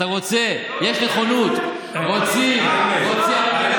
אתה רוצה, יש נכונות, רוצים, המדינה רוצה,